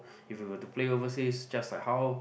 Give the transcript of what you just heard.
if you have to play overseas just like how